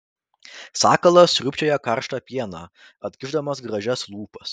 sakalas sriūbčioja karštą pieną atkišdamas gražias lūpas